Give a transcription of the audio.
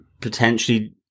potentially